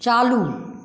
चालू